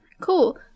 Cool